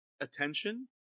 attention